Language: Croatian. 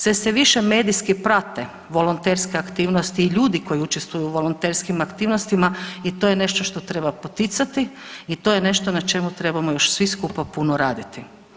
Sve se više medijski prate volonterske aktivnosti i ljudi koji učestvuju u volonterskim aktivnostima i to je nešto što treba poticati i to je nešto na čemu trebamo još svi skupa puno raditi.